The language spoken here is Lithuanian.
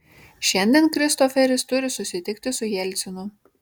šiandien kristoferis turi susitikti su jelcinu